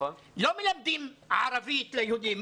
לא מלמדים ערבית ליהודים,